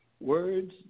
Words